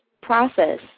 process